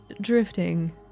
drifting